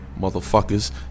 Motherfuckers